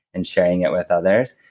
and sharing it with others.